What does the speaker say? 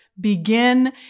begin